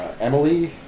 Emily